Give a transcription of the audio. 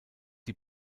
die